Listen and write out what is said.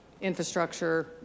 infrastructure